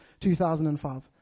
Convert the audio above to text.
2005